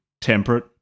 temperate